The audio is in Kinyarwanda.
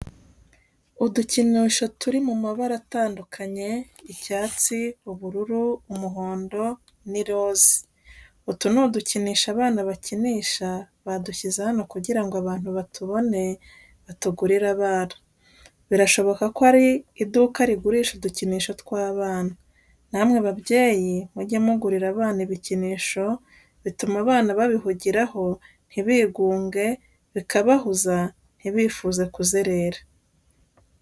Udukinisho turi mu mabara atandukanye, icyatsi, ubururu, umuhondo n'iroze, utu ni udukinisho abana bakinisha badushyize hano kugira ngo abantu batubone, batugurire abana. Birashoboka ko ari iduka rigurisha udukinisho tw'abana. Namwe babyeyi mujye mugurira abana ibikinisho bituma abana babihugiraho ntibigunge bikabahuza ntibifuze kuzerera.